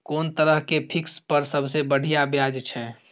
कोन तरह के फिक्स पर सबसे बढ़िया ब्याज छै?